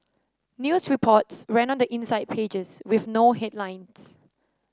news reports ran on the inside pages with no headlines